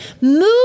move